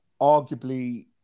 arguably